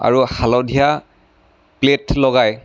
আৰু হালধীয়া প্লেট লগাই